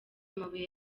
amabuye